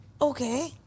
Okay